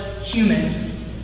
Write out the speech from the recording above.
human